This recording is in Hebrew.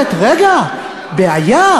ממשלת תאילנד אומרת: רגע, בעיה.